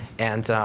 and